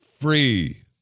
free